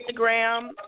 Instagram